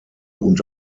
und